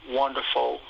wonderful